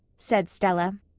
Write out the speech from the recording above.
said stella.